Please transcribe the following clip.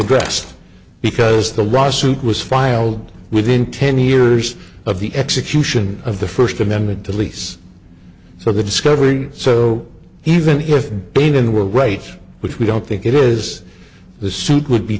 addressed because the raw suit was filed within ten years of the execution of the first amendment police so the discovery so even if pain in the right which we don't think it is the suit would be